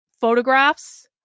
photographs